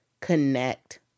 connect